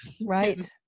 Right